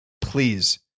please